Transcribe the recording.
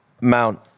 Mount